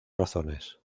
razones